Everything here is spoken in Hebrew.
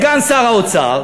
סגן שר האוצר,